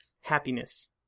happiness